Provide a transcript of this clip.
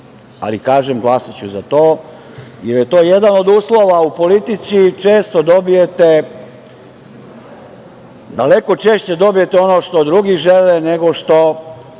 Ali, kažem glasaću za to, jer je to jedan od uslova.U politici često dobijete, daleko češće dobijete ono što drugi žele nego što